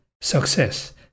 success